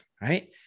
right